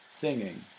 singing